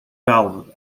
valve